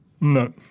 No